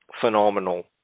phenomenal